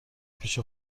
پیش